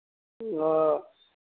آ